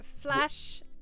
Flash